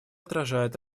отражает